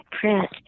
print